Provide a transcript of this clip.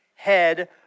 head